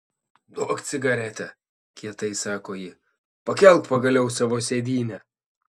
duok cigaretę kietai sako ji pakelk pagaliau savo sėdynę